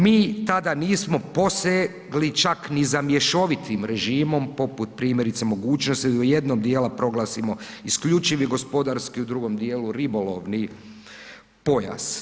Mi tada nismo posegli čak ni za mješovitim režimom poput primjerice mogućnosti da jednog dijela proglasimo isključivi gospodarski, u drugom dijelu ribolovni pojas.